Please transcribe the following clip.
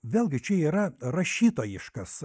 vėlgi čia yra rašytojiškas